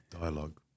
Dialogue